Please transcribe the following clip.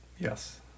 yes